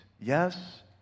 Yes